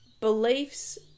Beliefs